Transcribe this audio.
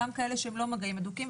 גם כאלה שלא במגעים הדוקים,